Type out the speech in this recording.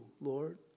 Lord